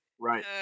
right